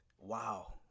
wow